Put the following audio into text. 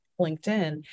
linkedin